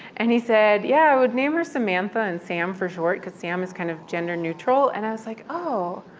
and he said, yeah, i would name her samantha and sam for short because sam is kind of gender neutral. and i was like, oh,